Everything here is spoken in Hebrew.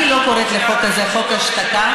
אני לא קוראת לחוק הזה "חוק השתקה".